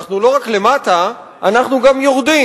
אנחנו לא רק למטה, אנחנו גם יורדים.